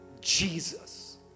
Jesus